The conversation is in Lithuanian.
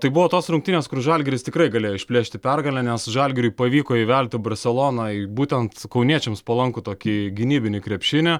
tai buvo tos rungtynės kur žalgiris tikrai galėjo išplėšti pergalę nes žalgiriui pavyko įvelti barseloną į būtent kauniečiams palankų tokį gynybinį krepšinį